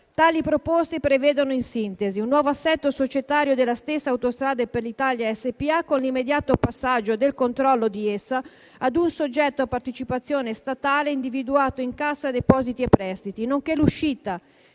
tali proposte prevedono in sintesi: un nuovo assetto societario della stessa Autostrade per l'Italia SpA, con l'immediato passaggio del controllo di essa ad un soggetto a partecipazione statale individuato in Cassa depositi e prestiti (CDP), nonché l'uscita